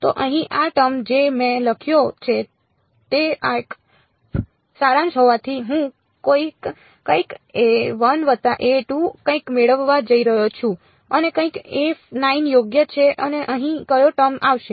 તો અહીં આ ટર્મ જે મેં લખ્યો છે તે એક સારાંશ હોવાથી હું કંઈક વત્તા કંઈક મેળવવા જઈ રહ્યો છું અને કંઈક યોગ્ય છે અને અહીં કયો ટર્મ આવશે